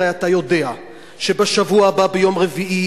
הרי אתה יודע שבשבוע הבא ביום רביעי